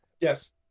Yes